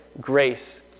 grace